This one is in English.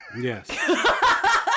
Yes